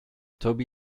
toby